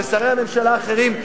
ושרי הממשלה האחרים,